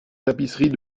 tapisserie